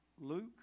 Luke